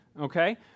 Okay